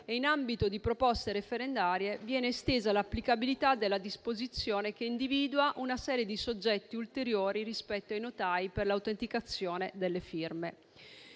e in ambito di proposte referendarie viene estesa l'applicabilità della disposizione che individua una serie di soggetti ulteriori rispetto ai notai per l'autenticazione delle firme.